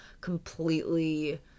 completely